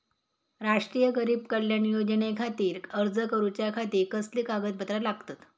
राष्ट्रीय गरीब कल्याण योजनेखातीर अर्ज करूच्या खाती कसली कागदपत्रा लागतत?